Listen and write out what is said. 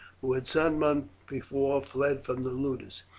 who had some months before fled from the ludus.